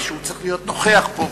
שהוא צריך להיות נוכח פה,